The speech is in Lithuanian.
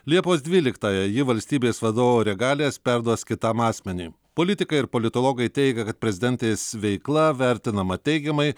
liepos dvyliktąją ji valstybės vadovo regalijas perduos kitam asmeniui politikai ir politologai teigia kad prezidentės veikla vertinama teigiamai